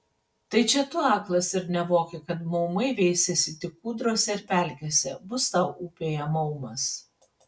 tai čia tu aklas ir nevoki kad maumai veisiasi tik kūdrose ir pelkėse bus tau upėje maumas